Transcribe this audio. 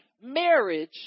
marriage